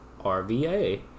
RVA